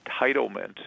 entitlement